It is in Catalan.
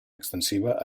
extensiva